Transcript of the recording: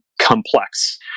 complex